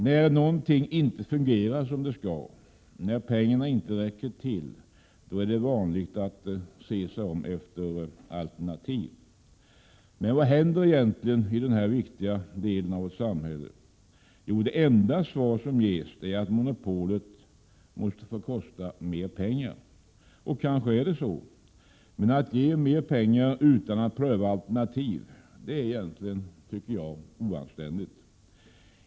När någonting inte fungerar som det skall, när pengarna inte räcker till, då är det vanligt att se sig om efter alternativ. Men vad händer i denna viktiga del av vårt samhälle? Jo, det enda svar som ges är att monopolet måste få kosta mer pengar. Och kanske är det så. Men att ge mer pengar utan att pröva alternativ tycker jag egentligen är oanständigt.